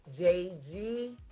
JG